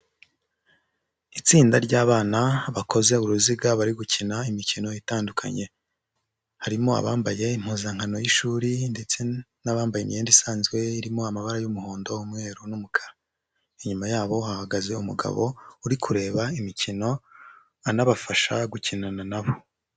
Itsinda ry'abana bakoze uruziga bari gukina imikino itandukanye, harimo abambaye impuzankano y'ishuri ndetse n'abambaye imyenda isanzwe irimo amabara y'umuhondo, umweru n'umukara, inyuma yabo hahagaze umugabo uri kureba imikino anabafasha gukinana na bo.